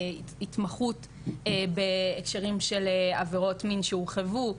התמחות בהקשרים של עבירות מין שהורחבו,